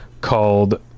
called